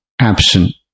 absent